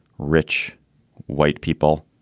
rich white people.